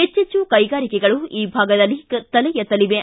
ಹೆಚ್ಚಚ್ಚು ಕೈಗಾರಿಕೆಗಳು ಈ ಭಾಗದಲ್ಲಿ ತಲೆ ಎತ್ತಲಿವೆ